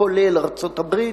כולל ארצות-הברית,